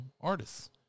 artists